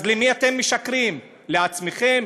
אז למי אתם משקרים, לעצמכם?